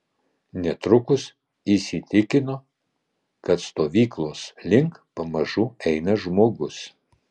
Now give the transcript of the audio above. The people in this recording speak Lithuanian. netrukus įsitikino kad stovyklos link pamažu eina žmogus